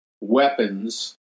weapons